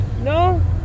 No